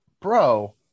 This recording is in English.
bro